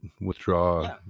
withdraw